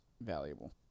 valuable